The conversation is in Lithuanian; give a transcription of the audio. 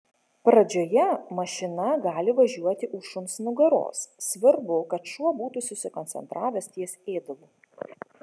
pradžioje mašina gali važiuoti už šuns nugaros svarbu kad šuo būtų susikoncentravęs ties ėdalu